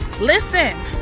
Listen